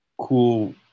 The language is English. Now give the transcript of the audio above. cool